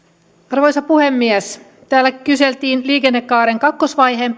arvoisa puhemies täällä kyseltiin liikennekaaren kakkosvaiheen